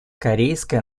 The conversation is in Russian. корейская